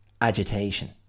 agitation